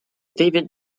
david